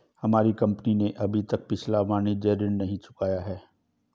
हमारी कंपनी ने अभी तक पिछला वाणिज्यिक ऋण ही नहीं चुकाया है